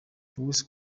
luis